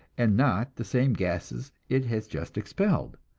and not the same gases it has just expelled,